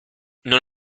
non